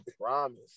promise